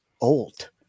old